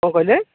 କ'ଣ କହିଲେ